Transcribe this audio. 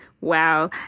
Wow